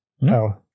No